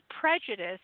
prejudice